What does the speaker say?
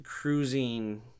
cruising